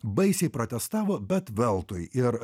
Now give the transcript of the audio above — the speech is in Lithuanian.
baisiai protestavo bet veltui ir